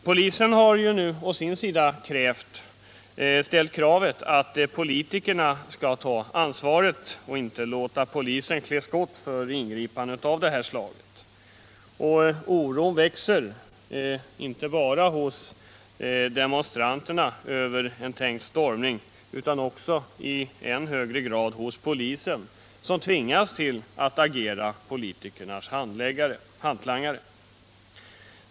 Polisen har nu å sin sida rest kravet att politikerna skall ta ansvaret och inte låta polisen ”klä skott” för ingripanden av det här slaget. Oron växer alltså, inte bara hos demonstranterna över en tänkt stormning, utan också, och i än högre grad, hos polisen som tvingas agera politikernas hantlangare.